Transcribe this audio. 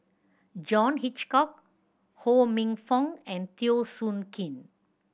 John Hitchcock Ho Minfong and Teo Soon Kim